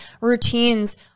routines